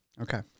Okay